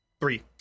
Three